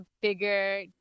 bigger